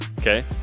okay